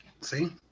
see